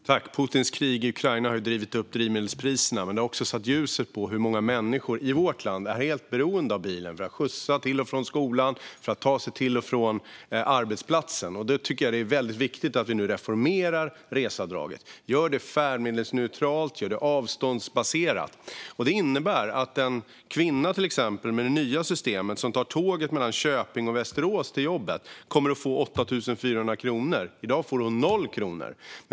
Fru talman! Putins krig i Ukraina har drivit upp drivmedelspriserna, men det har också satt ljuset på hur många människor i vårt land som är helt beroende av bilen för att skjutsa till och från skolan och ta sig till och från arbetsplatsen. Jag tycker därför att det är väldigt viktigt att vi nu reformerar reseavdraget och gör det färdmedelsneutralt och avståndsbaserat. Det innebär att till exempel en kvinna som tar tåget mellan Köping och Västerås till jobbet med det nya systemet kommer att få 8 400 kronor. I dag får hon noll kronor.